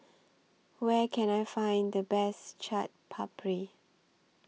Where Can I Find The Best Chaat Papri